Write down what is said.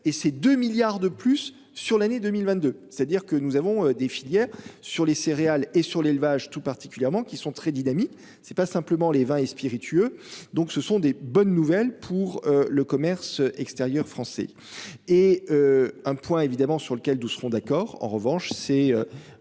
et ses 2 milliards de plus sur l'année 2022, c'est-à-dire que nous avons des filières sur les céréales et sur l'élevage tout particulièrement qui sont très dynamiques. C'est pas simplement les vins et spiritueux, donc ce sont des bonnes nouvelles pour le commerce extérieur français et. Un point évidemment sur lequel nous serons d'accord en revanche c'est.